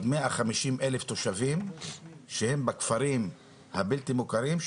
150,000 תושבים שהם בכפרים הבלתי מוכרים.